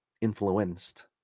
influenced